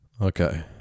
Okay